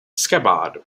scabbard